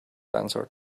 answered